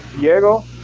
Diego